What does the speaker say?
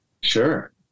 Sure